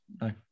No